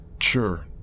Sure